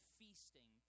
feasting